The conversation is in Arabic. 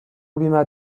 بما